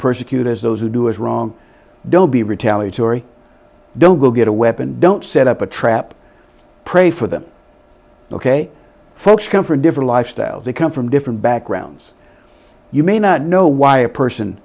persecute as those who do is wrong don't be retaliatory don't go get a weapon don't set up a trap pray for them ok folks come from different lifestyles they come from different backgrounds you may not know why a person